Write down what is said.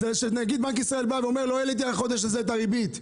אז כשנגיד בנק ישראל בא ואומר לא העליתי החודש הזה את הריבית.